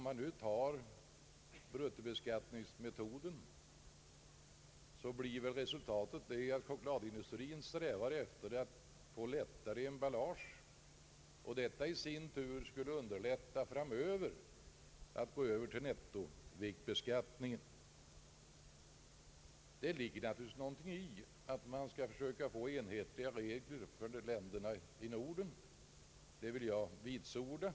Med bruttoviktbeskattningsmetoden kommer =<chokladindustrin att sträva efter att få ett lättare emballage, vilket i sin tur framöver skulle underlätta en övergång till nettoviktbeskattning. Det ligger naturligtvis någonting i att försöka få fram enhetliga regler för de nordiska länderna på detta område, det vill jag vitsorda.